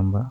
e yimɓe.